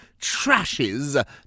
trashes